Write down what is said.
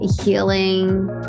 healing